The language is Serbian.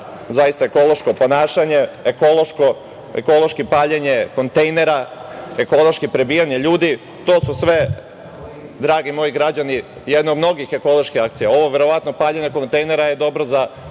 zaista ekološko ponašanje, ekološko paljenje kontejnera, ekološko prebijanje ljudi. To su sve, dragi moji građani, jedne od mnogih ekoloških akcija. Ovo paljenje kontejnera je verovatno